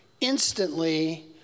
instantly